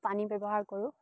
পানী ব্যৱহাৰ কৰোঁ